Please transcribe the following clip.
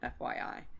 FYI